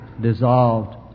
dissolved